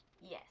Yes